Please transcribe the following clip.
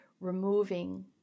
removing